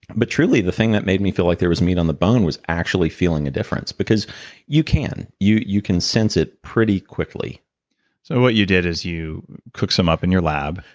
but truly, the thing that made me feel like there was meat on the bone was actually feeling a difference, because you can. you you can sense it pretty quickly so what you did is you cooked some up in your lab?